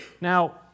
Now